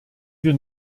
wir